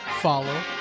follow